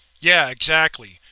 yeah, exactly.